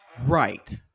Right